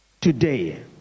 Today